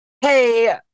hey